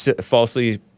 falsely